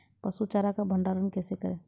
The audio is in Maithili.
पसु चारा का भंडारण कैसे करें?